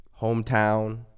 hometown